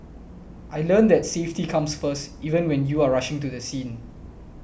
I learnt that safety comes first even when you are rushing to the scene